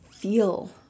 feel